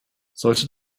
sollte